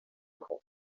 cost